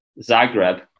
Zagreb